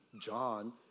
John